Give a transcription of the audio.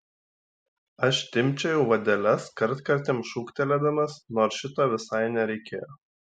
aš timpčiojau vadeles kartkartėm šūktelėdamas nors šito visai nereikėjo